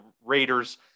Raiders